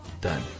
Done